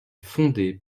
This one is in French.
fondée